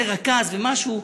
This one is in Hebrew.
זה רכז ומשהו,